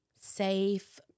safe